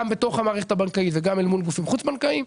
גם בתוך המערכת הבנקאית וגם אל מול גופים חוץ בנקאיים.